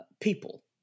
people